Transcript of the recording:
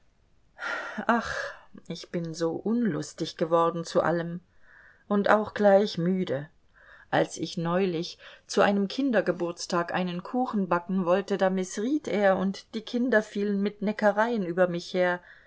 ach ich bin so unlustig geworden zu allem und auch gleich müde als ich neulich zu einem kindergeburtstag einen kuchen backen wollte da mißriet er und die kinder fielen mit neckereien über mich her